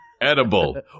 edible